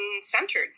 centered